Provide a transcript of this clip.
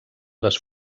les